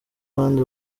bandi